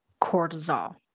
cortisol